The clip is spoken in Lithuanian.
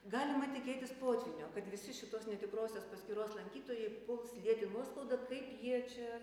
galima tikėtis potvynio kad visi šitos netikrosios paskyros lankytojai puls lieti nuoskaudą kaip jie čia